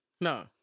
No